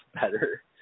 better